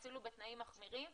אפילו בתנאים אחרים.